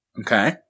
Okay